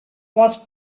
watched